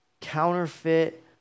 counterfeit